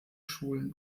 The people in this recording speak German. schulen